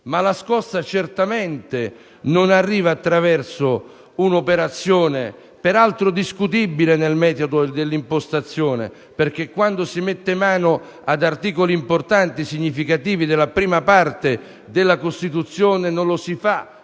La scossa certamente non arriva attraverso un'operazione di revisione costituzionale, peraltro discutibile nel metodo e nell'impostazione, perché quando si mette mano ad articoli importanti e significativi della prima parte della Costituzione non lo si fa